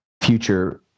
future